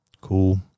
Cool